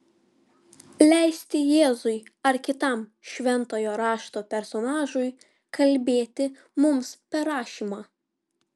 leisti jėzui ar kitam šventojo rašto personažui kalbėti mums per rašymą